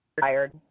tired